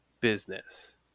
business